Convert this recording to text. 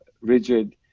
rigid